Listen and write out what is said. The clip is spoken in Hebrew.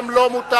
גם לו מותר.